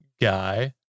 guy